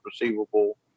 receivable